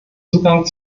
zugang